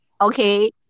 Okay